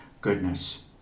goodness